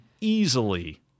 easily